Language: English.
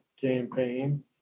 campaign